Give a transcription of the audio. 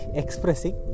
expressing